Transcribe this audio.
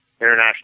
international